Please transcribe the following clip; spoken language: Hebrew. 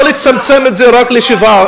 לא לצמצם את זה רק לשבעה,